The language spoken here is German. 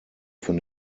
von